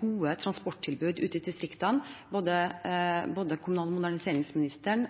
gode transporttilbud ute i distriktene, både kommunal- og moderniseringsministeren,